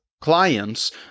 clients